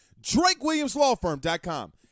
drakewilliamslawfirm.com